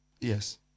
Yes